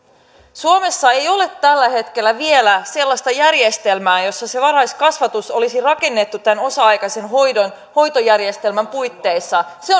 suomessa ei ole tällä hetkellä vielä sellaista järjestelmää jossa varhaiskasvatus olisi rakennettu tämän osa aikaisen hoidon hoitojärjestelmän puitteissa se